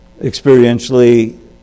experientially